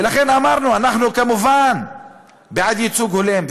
אמרנו: אנחנו כמובן בעד ייצוג הולם,